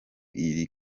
iri